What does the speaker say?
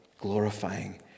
glorifying